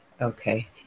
Okay